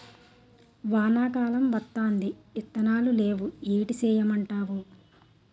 వానా కాలం వత్తాంది ఇత్తనాలు నేవు ఏటి సేయమంటావు